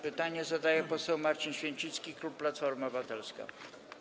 Pytanie zadaje poseł Marcin Święcicki, klub Platforma Obywatelska.